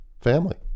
family